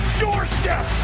doorstep